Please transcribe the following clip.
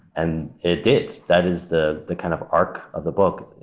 and it did. that is the the kind of arc of the book.